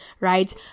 right